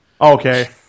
Okay